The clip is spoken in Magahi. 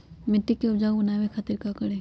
मिट्टी के उपजाऊ बनावे खातिर का करी?